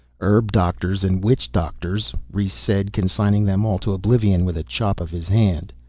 herb doctors and witch doctors, rhes said, consigning them all to oblivion with a chop of his hand.